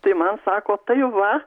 tai man sako tai va